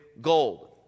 gold